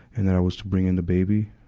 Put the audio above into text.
and that i was to bring in the baby,